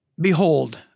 Behold